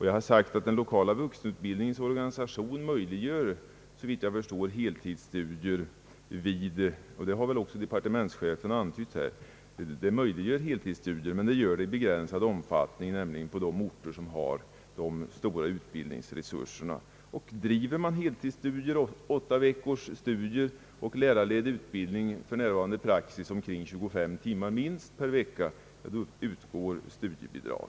Jag har sagt att den lokala vuxenutbildningens organisa tion såvitt jag förstår möjliggör heltidsstudier — och det har väl också departementschefen antytt — i begränsad omfattning, nämligen på de orter som har de stora utbildningsresurserna. Bedriver man heltidsstudier under åtta veckor och lärarledd utbildning, för närvarande enligt praxis minst omkring 25 timmar per vecka, då utgår studiebidrag.